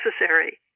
necessary